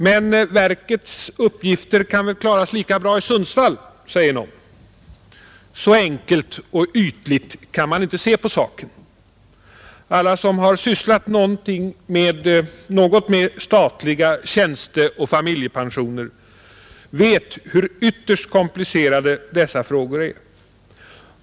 Men verkets uppgifter kan väl klaras lika bra i Sundsvall, säger någon. Så enkelt och ytligt kan man inte se på saken. Alla som har sysslat något med statliga tjänsteoch familjepensioner vet hur ytterst komplicerade dessa frågor är.